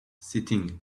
sitting